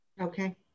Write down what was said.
Okay